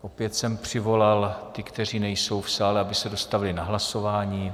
Opět jsem přivolal ty, kteří nejsou v sále, aby se dostavili na hlasování.